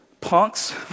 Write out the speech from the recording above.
punks